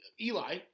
Eli